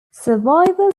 survivors